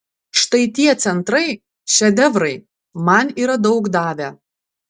štai tie centrai šedevrai man yra daug davę